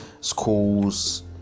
schools